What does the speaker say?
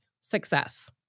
success